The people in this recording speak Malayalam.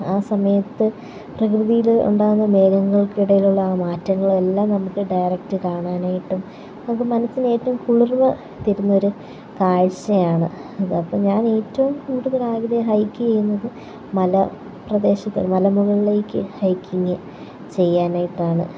ആ സമയത്ത് പ്രകൃതിയിൽ ഉണ്ടാകുന്ന മേഘങ്ങൾക്കിടയിലുള്ള ആ ആ മാറ്റങ്ങളെല്ലാം നമുക്ക് ഡയറക്റ്റ് കാണാനായിട്ട് നമുക്ക് മനസിന് ഏറ്റവും കുളിർമ തരുന്ന ഒരു കാഴ്ച്ചയാണ് ഇത് അപ്പോൾ ഞാൻ ഏറ്റവും കൂടുതൽ ഹൈക്ക് ചെയ്യ്ന്നത് മല പ്രദേശത്ത് മാള മുകളിലേക്ക് ഹൈക്കിങ്ങ് ചെയ്യാനായിട്ടാണ്